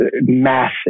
massive